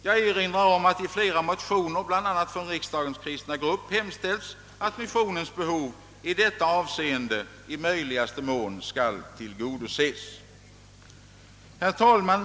Jag erinrar om att det i flera motioner, bl.a. från riksdagens kristna grupp, hemställts att missionens behov i detta avseende i möjligaste mån skall tillgodoses. Herr talman!